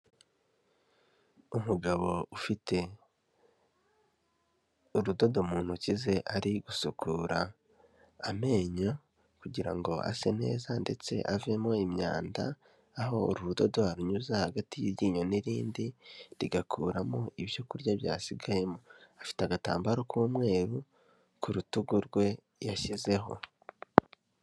Umugabo ufite urudodo mu ntoki ze ari gusukura amenyo kugira ngo ase neza ndetse avemo imyanda, aho urudodo runyuze hagati y'iryinyo n'irindi rugakuramo ibyokurya byasigayemo, afite agatambaro k'umweru ku rutugu rwe yashyizeho.